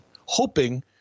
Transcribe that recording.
hoping